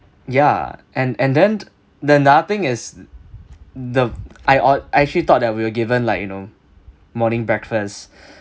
ya and and then the other thing is the I or~ I actually thought that we were given like you know morning breakfast